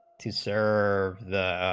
two sir,